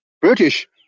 British